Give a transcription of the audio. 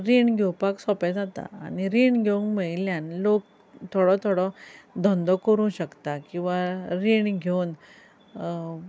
रीण घेवपाक सोपें जाता आनी रीण घेवूंक मेळिल्ल्यान लोक थोडो थोडो धंदो करूंक शकता किंवा रीण घेवन